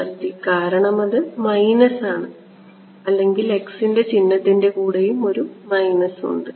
വിദ്യാർത്ഥി കാരണം അത് മൈനസ് ആണ് അല്ലെങ്കിൽ x ൻറെ ചിഹ്നത്തിൻറെ കൂടെയും ഒരു മൈനസ് ഉണ്ട്